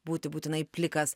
būti būtinai plikas